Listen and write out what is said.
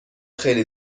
خیلی